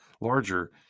larger